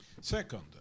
Second